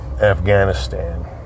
Afghanistan